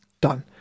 Done